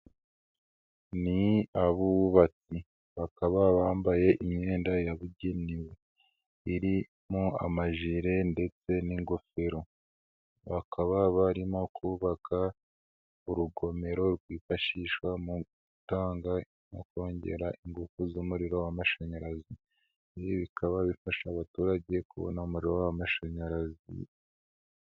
Ni abubatsi bakaba bambaye imyenda yabugenewe irimo amajire ndetse n'ingofero. Bakaba barimo kubaka urugomero rwifashishwa mu gutanga, kongera ingufu z'umuriro w'amashanyarazi. Bikaba bifasha abaturage kubona umuriro w'amashanyarazi.